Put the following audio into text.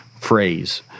phrase